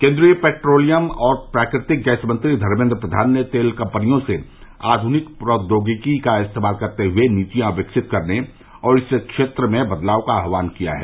केन्द्रीय पेट्रोलियम और प्राकृतिक गैस मंत्री धर्मेन्द्र प्रधान ने तेल कंपनियों से आधुनिक प्रौद्योगिकी का इस्तेमाल करते हुए नीतियां विकसित करने और इस क्षेत्र में बदलाव का आह्वान किया है